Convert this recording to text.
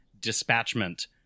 dispatchment